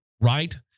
right